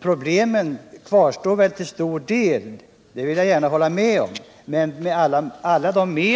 Problemen kvarstår emellertid till stor del — det vill jag gärna hålla med om — men vi får